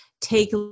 take